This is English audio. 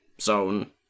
zone